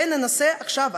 וננסה עכשיו,